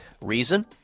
reason